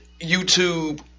YouTube